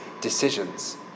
decisions